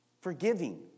forgiving